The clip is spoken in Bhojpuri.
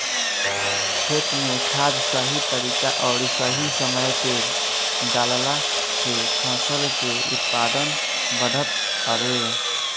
खेत में खाद सही तरीका अउरी सही समय पे डालला से फसल के उत्पादन बढ़त हवे